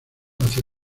hacia